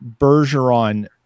Bergeron